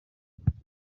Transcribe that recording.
mirwano